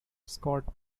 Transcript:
scott